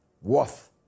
worth